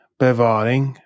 bevaring